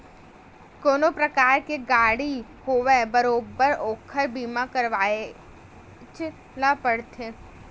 कोनो परकार के गाड़ी होवय बरोबर ओखर बीमा करवायच ल परथे